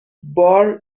بار